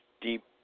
deep